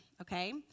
okay